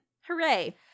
Hooray